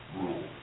rule